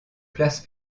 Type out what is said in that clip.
place